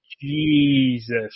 Jesus